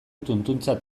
tuntuntzat